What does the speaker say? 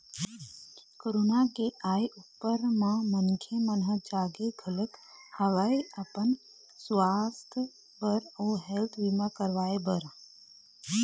corona के आय ऊपर म मनखे मन ह जागे घलोक हवय अपन सुवास्थ बर अउ हेल्थ बीमा करवाय बर